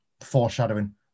foreshadowing